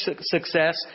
success